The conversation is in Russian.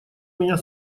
меня